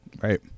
Right